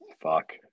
fuck